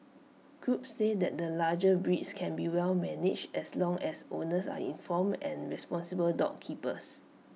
groups say that the larger breeds can be well managed as long as owners are informed and responsible dog keepers